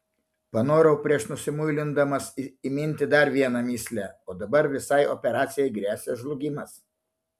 panorau prieš nusimuilindamas įminti dar vieną mįslę o dabar visai operacijai gresia žlugimas